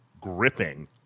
gripping